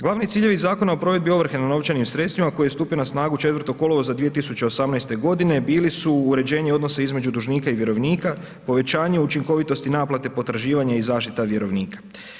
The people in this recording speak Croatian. Glavni ciljevi Zakona o provedbi ovrhe nad novčanim sredstvima koji je stupio na snagu 4. kolovoza 2018. godine bili su uređenje odnosa između dužnika i vjerovnika, povećanje učinkovitosti naplate potraživanja i zaštita vjerovnika.